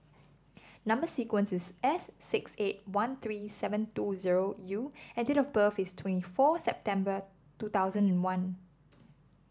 number sequence is S six eight one three seven two zero U and date of birth is twenty four September two thousand and one